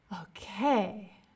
Okay